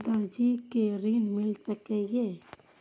दर्जी कै ऋण मिल सके ये?